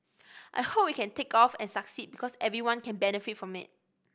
I hope it can take off and succeed because everyone can benefit from it